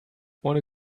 ohne